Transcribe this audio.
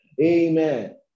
Amen